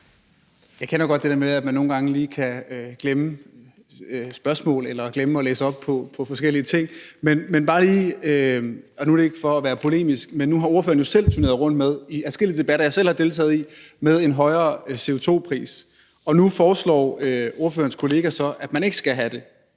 Jeg kender godt det der med, at man nogle gange lige kan glemme spørgsmål eller glemme at læse op på forskellige ting. Det er ikke for at være polemisk, men nu har ordføreren jo selv i adskillige debatter, jeg selv har deltaget i, turneret rundt med en højere CO2-pris. Og nu foreslår ordførerens kollega så, at man ikke skal have det.